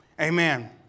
amen